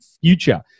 future